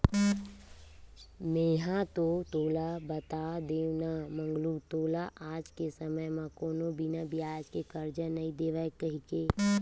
मेंहा तो तोला बता देव ना मंगलू तोला आज के समे म कोनो बिना बियाज के करजा नइ देवय कहिके